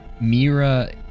Mira